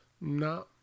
no